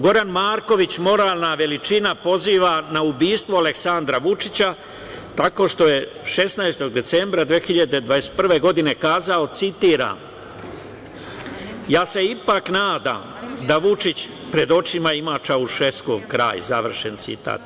Goran Marković, moralna veličina poziva na ubistvo Aleksandra Vučića tako što je 16. decembra 2021. godine kazao, citiram – ja se ipak nadam da Vučić pred očima ima Čaušeskog, završen citat.